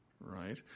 right